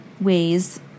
ways